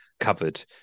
covered